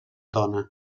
dona